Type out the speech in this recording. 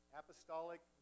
apostolic